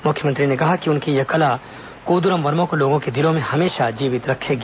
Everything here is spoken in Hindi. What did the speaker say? मुख्यमंत्री ने कहा कि उनकी यह कला कोद्राम वर्मा को लोगों के दिलों में हमेशा जीवित रखेगी